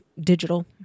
digital